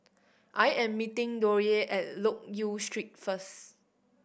I am meeting Dollye at Loke Yew Street first